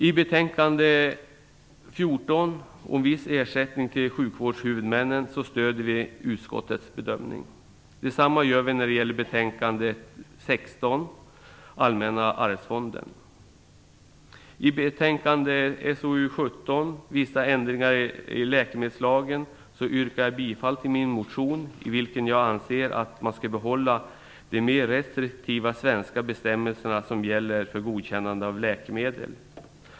I betänkande SoU14 om viss ersättning till sjukvårdshuvudmännen stöder vi utskottets bedömning. I fråga om betänkande SoU17, om vissa ändringar i läkemedelslagen, yrkar jag bifall till min motion, i vilken jag anser att vi skall behålla de mer restriktiva svenska bestämmelserna för godkännande av läkemedel.